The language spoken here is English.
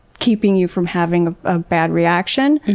keeping you from having a ah bad reaction.